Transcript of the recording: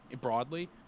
broadly